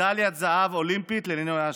מדליית זהב אולימפית ללינוי אשרם.